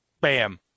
BAM